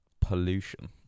pollution